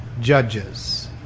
judges